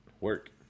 work